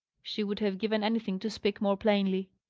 she would have given anything to speak more plainly.